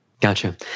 Gotcha